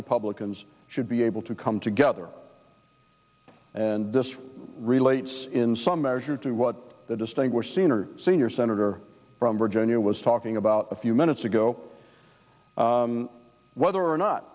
republicans should be able to come together and this relates in some measure to what the distinguished senior senior senator from virginia was talking about a few minutes ago whether or not